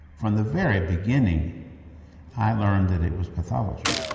from the very beginning i learned that it was pathology,